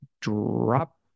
Drop